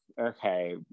okay